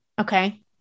Okay